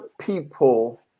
people